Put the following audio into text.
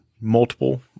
multiple